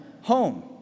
home